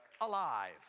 alive